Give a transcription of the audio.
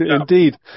Indeed